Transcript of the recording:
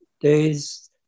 days